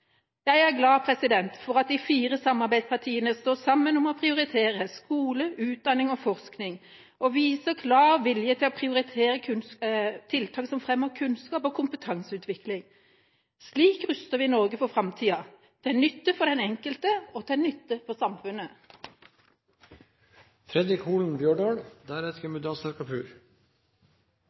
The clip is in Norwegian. Jeg er glad for at de fire samarbeidspartiene står sammen om å prioritere skole, utdanning og forskning og viser klar vilje til å prioritere tiltak som fremmer kunnskap og kompetanseutvikling. Slik ruster vi Norge for framtida – til nytte for den enkelte og til nytte